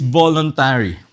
voluntary